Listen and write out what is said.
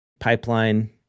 Pipeline